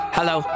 Hello